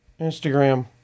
Instagram